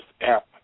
app